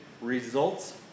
results